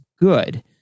good